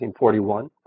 1941